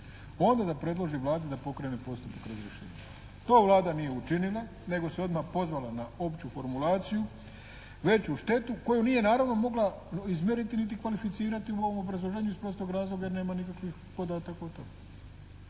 onda da predloži Vladi da pokrene postupak razrješenja. To Vlada nije učinila nego se odma pozvala na opću formulaciju, veću štetu koju nije naravno mogla izmjeriti niti kvalificirati u ovom obrazloženju iz prostog razloga jer nema nikakvih podataka o